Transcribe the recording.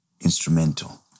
instrumental